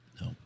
No